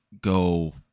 go